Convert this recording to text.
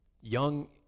young